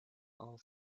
all